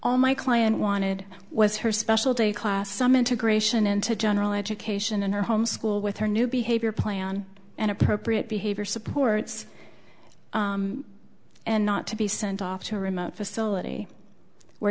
all my client wanted was her special day class some integration into general education and her home school with her new behavior plan and appropriate behavior supports and not to be sent off to a remote facility where